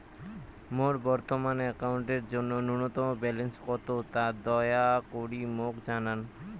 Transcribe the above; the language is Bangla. মোর বর্তমান অ্যাকাউন্টের জন্য ন্যূনতম ব্যালেন্স কত তা দয়া করি মোক জানান